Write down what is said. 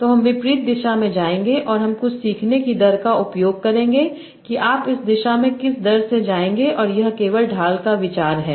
तो हम विपरीत दिशा में जाएंगे और हम कुछ सीखने की दर का उपयोग करेंगे कि आप इस दिशा में किस दर से जाएंगे और यह केवल ढाल का विचार है